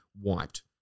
wiped